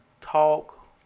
talk